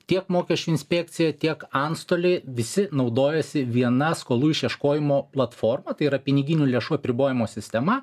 tiek mokesčių inspekcija tiek antstoliai visi naudojasi viena skolų išieškojimo platforma tai yra piniginių lėšų apribojimo sistema